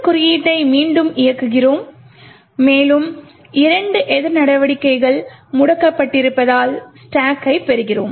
இந்த குறியீட்டை மீண்டும் இயக்குகிறோம் மேலும் இரண்டு எதிர் நடவடிக்கைகள் முடக்கப்பட்டிருப்பதால் ஸ்டாக்கைப் பெறுகிறோம்